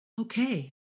okay